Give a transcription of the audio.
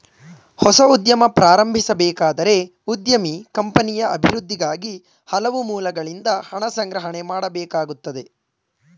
ಹೊಸ ಉದ್ಯಮ ಪ್ರಾರಂಭಿಸಬೇಕಾದರೆ ಉದ್ಯಮಿ ಕಂಪನಿಯ ಅಭಿವೃದ್ಧಿಗಾಗಿ ಹಲವು ಮೂಲಗಳಿಂದ ಹಣ ಸಂಗ್ರಹಣೆ ಮಾಡಬೇಕಾಗುತ್ತದೆ